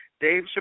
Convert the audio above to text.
Dave